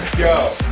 go.